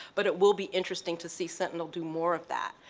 but it will be interesting to see sentinel do more of that.